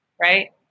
right